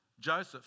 joseph